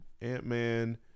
Ant-Man